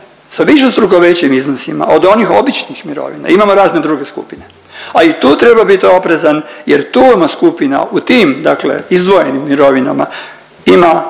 Sa višestruko većim iznosima od onih običnih mirovina imamo razne druge skupine, a i tu treba bit oprezan jer tu ima skupina u tim dakle izdvojenim mirovinama ima